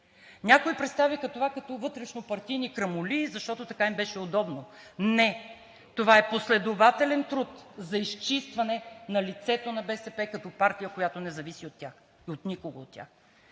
Някои представиха това като вътрешнопартийни крамоли, защото така им беше удобно. Не, това е последователен труд за изчистване на лицето на БСП като партия, която не зависи от тях и от никого от тях.